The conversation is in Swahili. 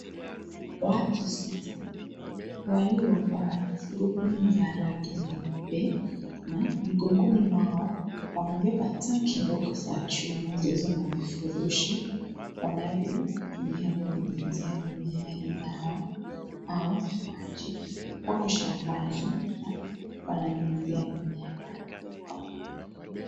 Watu sita waliovaa surubwenye za rangi nyeupe na mkongoni mwao wamebeba tanki ndogo za juu na vivurushi wanavyotumia kunyunyzia mimea hii dawa au maji huku shambani ananyunyuzia mimea dawa au maji.